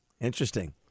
Interesting